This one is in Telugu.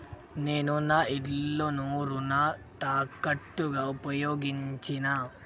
నేను నా ఇల్లును రుణ తాకట్టుగా ఉపయోగించినా